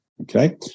okay